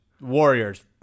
Warriors